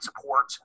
support